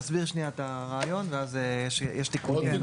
נסביר שנייה את הרעיון ואז יש תיקונים.